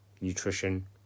nutrition